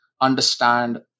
understand